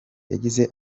yagize